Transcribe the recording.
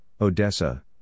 Odessa